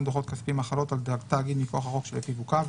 דוחות כספיים החלות על תאגיד מכוח החוק שלפיו הוקם,